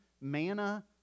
manna